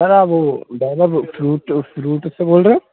sir आप वह Vaibhav fruit juice fruit से बोल रहे हो